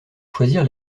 choisir